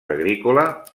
agrícola